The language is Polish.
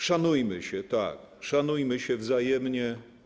Szanujmy się, tak, szanujmy się wzajemnie.